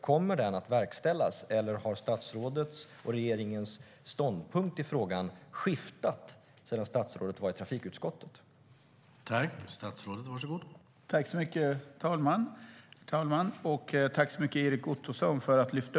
Kommer den att verkställas, eller har statsrådets och regeringens ståndpunkt i frågan skiftat sedan statsrådet var i trafikutskottet?